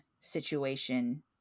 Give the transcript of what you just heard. situation